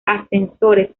ascensores